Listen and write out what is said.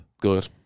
Good